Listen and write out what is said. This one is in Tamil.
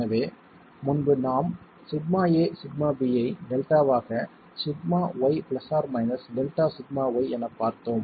எனவே முன்பு நாம் σa σb ஐ டெல்டாவாக σy ± Δσy எனப் பார்த்தோம்